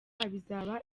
bizaba